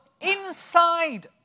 inside